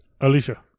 alicia